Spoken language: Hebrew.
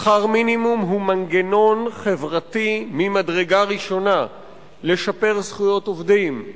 שכר מינימום הוא מנגנון חברתי ממדרגה ראשונה לשפר זכויות עובדים,